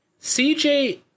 CJ